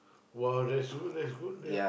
!wow! that's good that's good yeah